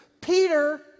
Peter